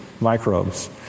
microbes